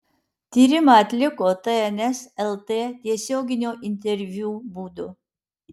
tyrimą atliko tns lt tiesioginio interviu būdu